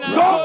no